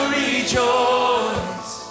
rejoice